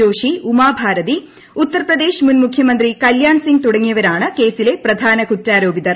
ജോഷി ഉമ ഭാരതി ഉത്തർപ്രദേശ് മുൻ മുഖ്യമന്ത്രി കല്യാൺ സിംഗ് തുടങ്ങിയവരാണ് കേസിലെ പ്രധാന കുറ്റാരോപിതർ